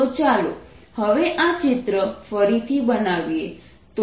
તો ચાલો હવે આ ચિત્ર ફરીથી બનાવીએ